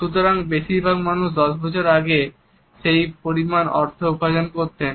সুতরাং বেশিরভাগ মানুষ 10 বছর আগে যে পরিমাণ অর্থ উপার্জন করতেন